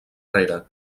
rere